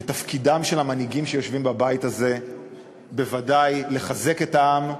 ותפקידם של המנהיגים שיושבים בבית הזה בוודאי לחזק את העם,